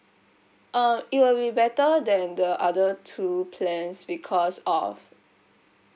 uh it will be better than the other two plans because of